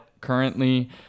currently